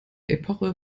epoche